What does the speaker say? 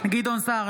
גדעון סער,